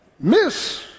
miss